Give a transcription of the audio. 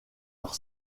leur